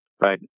Right